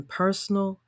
personal